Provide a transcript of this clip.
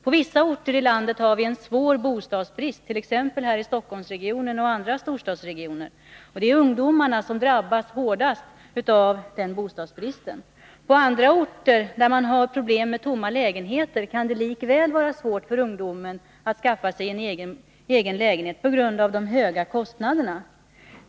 På vissa orter i landet, t.ex. här i Stockholmsregionen och i andra storstadsregioner, har vi en svår bostadsbrist. Det är ungdomarna som drabbas hårdast av denna bostadsbrist. På orter där man har problem med tomma lägenheter kan det likväl, på grund av de höga kostnaderna, vara svårt för ungdomarna att skaffa sig en egen lägenhet.